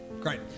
Great